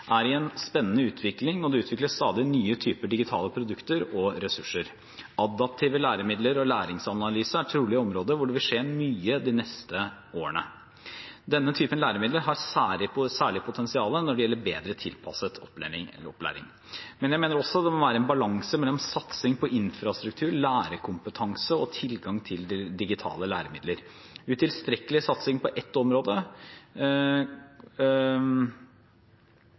er i en spennende utvikling. Det utvikles stadig nye typer digitale produkter og ressurser. Adaptive læremidler og læringsanalyse er trolig områder hvor det vil skje mye de neste årene. Denne typen læremidler har særlig potensial når det gjelder bedre tilpasset opplæring. Men jeg mener det også må være en balanse mellom satsing på infrastruktur, lærerkompetanse og tilgang til digitale læremidler.